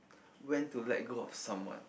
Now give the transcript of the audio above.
when to let go of someone